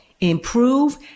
improve